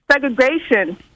segregation